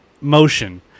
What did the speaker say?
motion